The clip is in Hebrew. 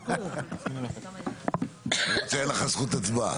רק שאין לך זכות הצבעה.